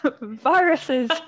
viruses